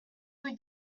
rue